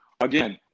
Again